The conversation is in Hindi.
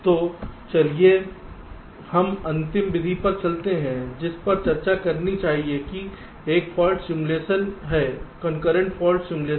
तो चलिए हम अंतिम विधि पर चलते हैं जिस पर चर्चा करनी चाहिए कि एक फाल्ट सिमुलेशन है कॉन्करेंट फाल्ट सिमुलेशन